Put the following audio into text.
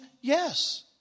Yes